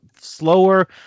slower